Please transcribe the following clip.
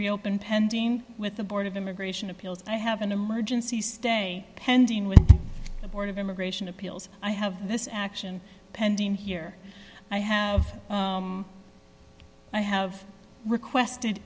reopen pending with the board of immigration appeals i have an emergency stay pending with the board of immigration appeals i have this action pending here i have i have requested